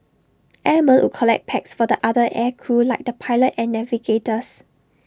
airmen would collect packs for the other air crew like the pilot and navigators